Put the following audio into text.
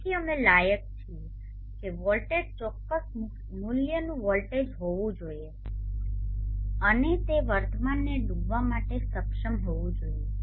તેથી અમે લાયક છીએ કે વોલ્ટેજ ચોક્કસ મૂલ્યનું વોલ્ટેજ હોવું જોઈએ અને તે વર્તમાનને ડૂબવા માટે સક્ષમ હોવું જોઈએ